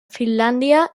finlàndia